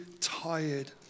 tired